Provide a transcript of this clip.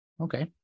Okay